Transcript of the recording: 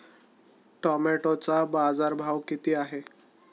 टोमॅटोचा बाजारभाव किती आहे?